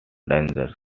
danger